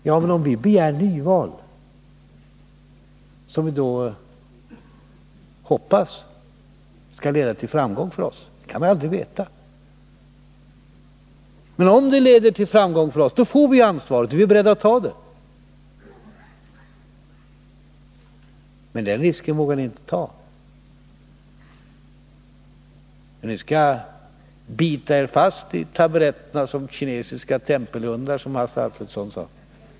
Ja, men om vi begär nyval och om detta, som vi hoppas, leder till framgång för oss — det kan man ju aldrig veta — får vi ansvaret, och vi är beredda att ta det. Men den risken vågar ni inte ta. Ni skall bita er fast i taburetterna som kinesiska tempelhundar, som Hasse Alfredson säger.